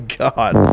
god